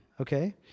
okay